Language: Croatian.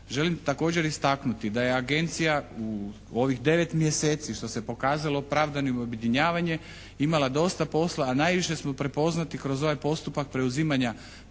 Želim također istaknuti da je agencija u ovih devet mjeseci što se pokazalo opravdanim objedinjavanje, imala dosta posla a najviše smo prepoznati kroz ovaj postupak preuzimanja